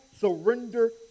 surrender